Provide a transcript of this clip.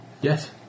Yes